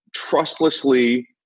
trustlessly